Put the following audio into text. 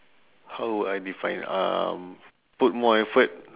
how would I define um put more effort